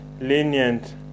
lenient